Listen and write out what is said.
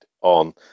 on